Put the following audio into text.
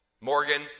Morgan